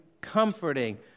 comforting